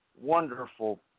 wonderful